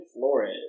Flores